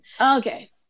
okay